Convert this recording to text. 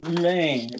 Man